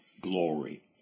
glory